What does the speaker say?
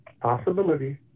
Possibility